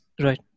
Right